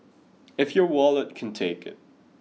if your wallet can take it